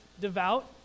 devout